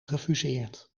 gefuseerd